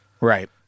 Right